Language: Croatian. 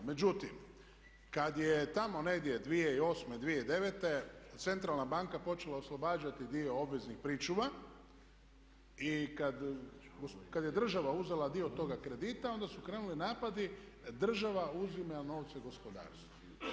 Međutim, kad je tamo negdje 2008., 2009. centralna banka počela oslobađati dio obveznih pričuva i kada je država uzela dio toga kredita, onda su krenuli napadi država uzima novce gospodarstvu.